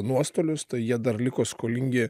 nuostolius tai jie dar liko skolingi